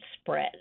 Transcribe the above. spread